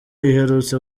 iherutse